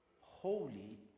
holy